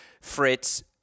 Fritz